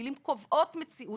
מילים קובעות מציאות.